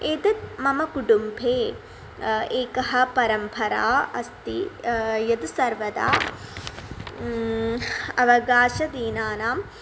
एतत् मम कुटुम्बे एका परम्परा अस्ति यद् सर्वदा अवकाशदिनानां